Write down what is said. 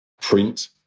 print